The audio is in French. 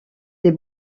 des